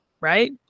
right